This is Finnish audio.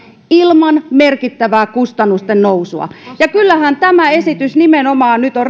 ilman merkittävää kustannusten nousua kyllähän tämä esitys nyt on